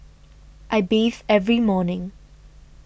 I bathe every morning